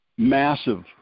massive